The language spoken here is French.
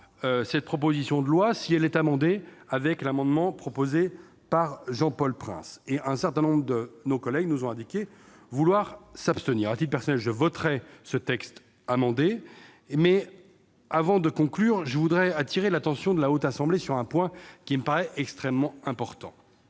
cette proposition de loi, si l'amendement proposé par Jean-Paul Prince est adopté. Un certain nombre de nos collègues nous ont indiqué vouloir s'abstenir. À titre personnel, je voterai ce texte amendé. Avant de conclure, je tiens à attirer l'attention de la Haute Assemblée sur un point qui me semble extrêmement important.